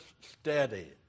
steady